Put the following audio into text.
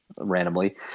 randomly